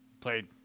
played